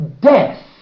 death